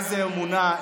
איזו אמונה,